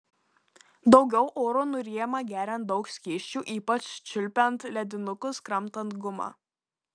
daugiau oro nuryjama geriant daug skysčių ypač čiulpiant ledinukus kramtant gumą